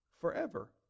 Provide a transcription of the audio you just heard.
forever